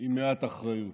עם מעט אחריות.